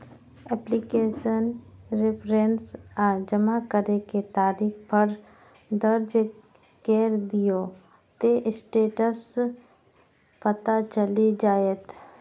application reference आ जमा करै के तारीख दर्ज कैर दियौ, ते स्टेटस पता चलि जाएत